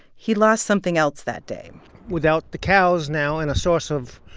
he lost something else that day without the cows now and a source of